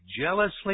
jealously